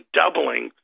doubling